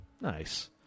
Nice